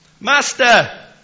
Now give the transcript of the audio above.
Master